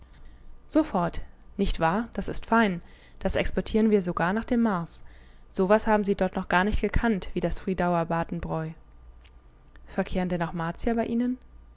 sofort nicht wahr das ist fein das exportieren wir sogar nach dem mars so was haben sie dort noch gar nicht gekannt wie das friedauer batenbräu verkehren denn auch martier bei ihnen